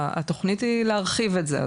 התוכנית היא להרחיב את זה.